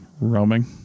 roaming